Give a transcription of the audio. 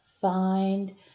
find